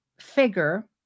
figure